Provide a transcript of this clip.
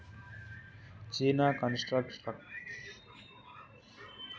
China Construction Bank ಇಡೀ ಜಗತ್ತನಾಗೆ ದೊಡ್ಡುದ್ ಬ್ಯಾಂಕ್ ಅದಾ